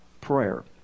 prayer